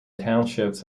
townships